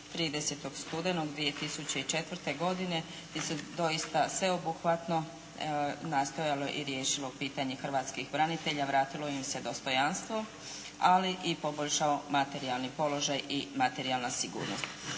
30. studenog 2004. godine gdje su doista sveobuhvatno nastojalo i riješilo pitanje hrvatskih branitelja, vratilo im se dostojanstvo ali i poboljšao materijalni položaj i materijalna sigurnost.